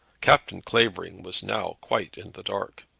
captain clavering was now quite in the dark,